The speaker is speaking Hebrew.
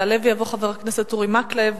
יעלה ויבוא חבר הכנסת אורי מקלב,